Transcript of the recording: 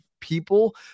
people